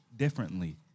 differently